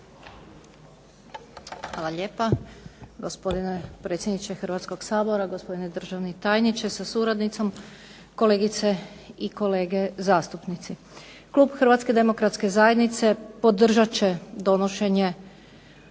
Hvala lijepa. Gospodine predsjedniče Hrvatskog sabora, gospodine državni tajniče sa suradnicom, kolegice i kolege zastupnici. Klub Hrvatske demokratske zajednice podržat će donošenje